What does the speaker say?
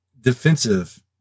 Defensive –